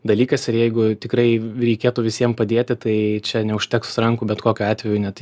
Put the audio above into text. dalykas ir jeigu tikrai reikėtų visiem padėti tai čia neužteks rankų bet kokiu atveju net